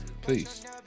please